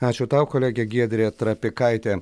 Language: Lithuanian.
ačiū tau kolegė giedrė trapikaitė